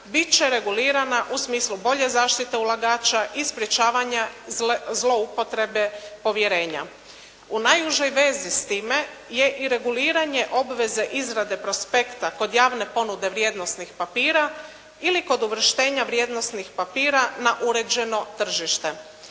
bit će regulirana u smislu bolje zaštite ulagača i sprječavanja zloupotrebe povjerenja. U najužoj vezi s time je i reguliranje obveze izrade prospekta kod javne ponude vrijednosnih papira ili kod uvrštenja vrijednosnih papira na uređeno tržište.